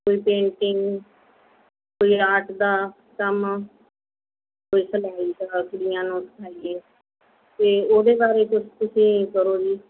ਕੋਈ ਪੇਂਟਿੰਗ ਕੋਈ ਆਰਟ ਦਾ ਕੰਮ ਕੋਈ ਕਢਾਈ ਦਾ ਕੁੜੀਆਂ ਨੂੰ ਸਿਖਾਈਏ ਅਤੇ ਉਹਦੇ ਬਾਰੇ ਕੁਛ ਤੁਸੀਂ ਕਰੋ ਜੀ